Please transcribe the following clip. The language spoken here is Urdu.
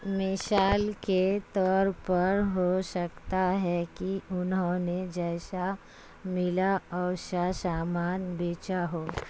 مثال کے طور پر ہو سکتا ہے کہ انہوں نے جیسا ملا ویسا سامان بیچا ہو